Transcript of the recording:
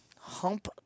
Hump